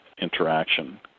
interaction